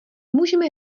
můžete